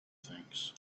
things